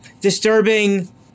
Disturbing